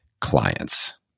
clients